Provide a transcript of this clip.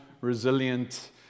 resilient